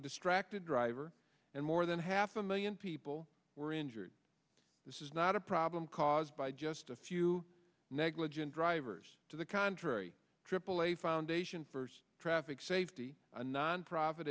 a distracted driver and more than half a million people were injured this is not a problem caused by just a few negligent drivers to the contrary aaa foundation for traffic safety a nonprofit